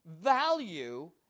value